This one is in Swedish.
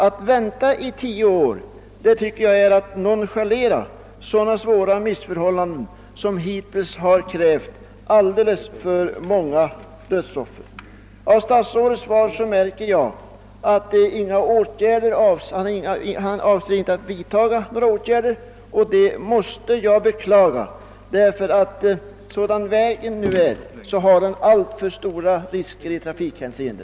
Att vänta i tio år synes mig vara att nonchalera de svåra missförhållanden som hittills krävt alldeles för många människoliv. Av statsrådets svar märker jag att han inte avser att vidta några åtgärder, vilket jag måste beklaga, ty sådan vägen nu är medför den alltför stora risker i trafikhänseende.